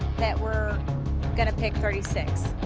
that we're gonna pick thirty six.